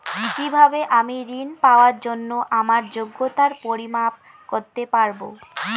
কিভাবে আমি ঋন পাওয়ার জন্য আমার যোগ্যতার পরিমাপ করতে পারব?